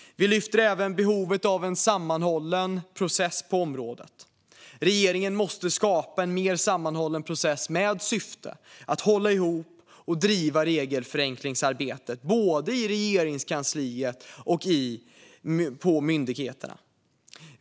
Vi lyfter även fram behovet av en sammanhållen process på området. Regeringen måste skapa en mer sammanhållen process med syfte att hålla ihop och driva regelförenklingsarbetet, både i Regeringskansliet och i myndigheterna.